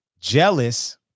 jealous